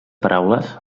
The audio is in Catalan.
paraules